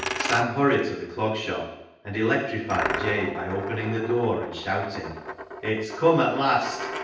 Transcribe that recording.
sam hurried to the clog shop and electrified jabe by opening the door and shouting it's cum at last,